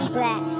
Black